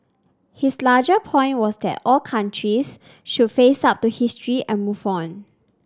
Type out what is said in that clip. his larger point was that all countries should face up to history and move on